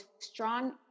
strong